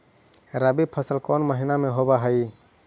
रबी फसल कोन महिना में होब हई?